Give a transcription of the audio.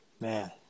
Man